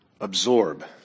absorb